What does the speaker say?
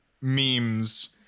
memes